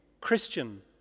Christian